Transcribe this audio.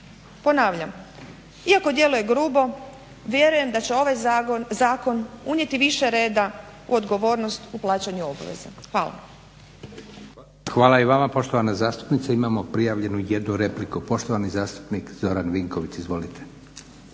Ponavljam, iako djeluje grubo vjerujem da će ovaj Zakon unijeti više reda u odgovornost u plaćanju obveza. Hvala.